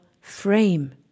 frame